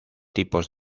tipos